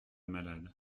malade